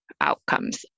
outcomes